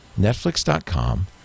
netflix.com